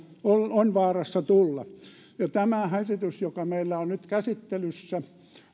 on vaarassa tulla tämä esitys joka meillä on nyt käsittelyssä